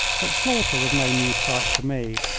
but slaughter was no new sight to me,